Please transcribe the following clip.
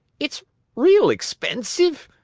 it's real expensive!